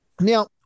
Now